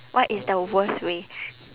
what is the worst way